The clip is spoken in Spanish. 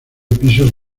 pisos